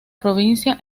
provincia